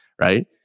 right